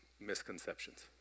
misconceptions